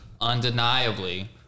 undeniably